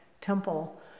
temple